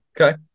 Okay